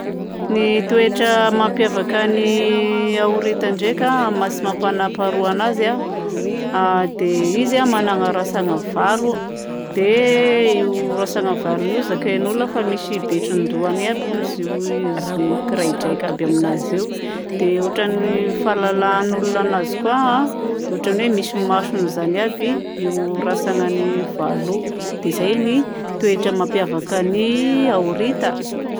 Ny toetra mampiavaka ny ahorita ndraika a amin'ny tsy mapa manam-paharoa anazy a dia izy a manana rantsana valo. Dia io rantsana valony io zakain'olona fa misy bitrondohany aby hono izy io izy kiraidraika aby aminazy io. Dia ohatran'ny fahalalan'olona anazy koa a ohatran'ny hoe misy masony izany aby io rantsanany valo io. Dia izay ny toetra mampiavaka ny ahorita.